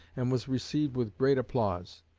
and was received with great applause.